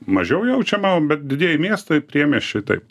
mažiau jaučiama bet didieji miestai priemiesčiai taip